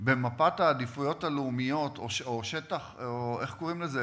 במפת העדיפויות הלאומיות, או איך קוראים לזה?